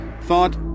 thought